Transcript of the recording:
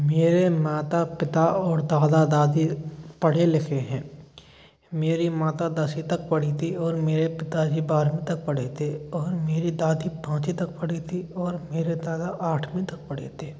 मेरे माता पिता और दादा दादी पढ़े लिखे हैं मेरी माता दसवीं तक पढ़ी थीं और मेरे पिता जी बारहवीं तक पढ़े थे और मेरी दादी पाँचवी तक पढ़ी थी और मेरे दादा आठवीं तक पढ़े थे